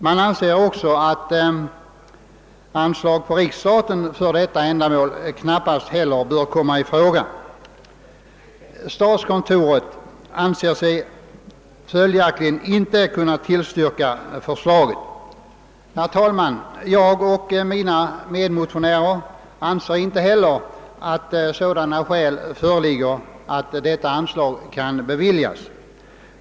Man anser också att anslag på riksstaten knappast bör komma i fråga. Statskontoret anser sig följaktligen inte kunna tillstyrka förslaget. Herr talman! Jag och mina medmotionärer anser inte heller att sådana skäl föreligger att detta anslag bör beviljas.